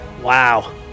Wow